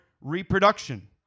reproduction